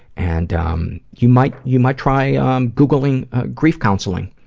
and um, you might, you might try ah um googling grief counseling,